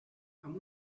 amb